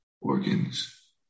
organs